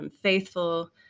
faithful